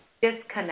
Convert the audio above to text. disconnect